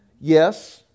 Yes